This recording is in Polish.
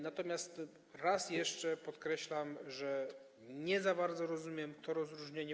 Natomiast jeszcze raz podkreślam, że nie za bardzo rozumiem to rozróżnienie.